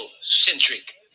centric